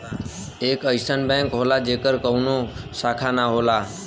एक अइसन बैंक होला जेकर कउनो शाखा ना होला